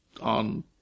on